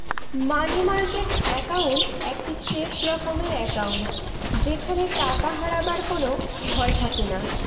মানি market account একটি safe রকমের account যেখানে টাকা হারাবার কোনো ভয় থাকেনা